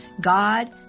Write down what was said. God